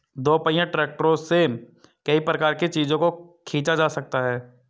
दोपहिया ट्रैक्टरों से कई प्रकार के चीजों को खींचा जा सकता है